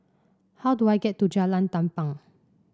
how do I get to Jalan Tampang